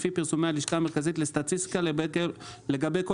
לפי פרסומי הלשכה המרכזית לסטטיסטיקה לגבי כל